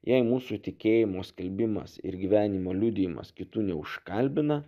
jei mūsų tikėjimo skelbimas ir gyvenimo liudijimas kitų neužkalbina